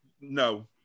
No